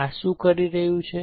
આ શું કરી રહ્યું છે